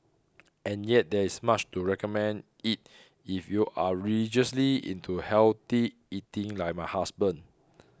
and yet there is much to recommend it if you are religiously into healthy eating like my husband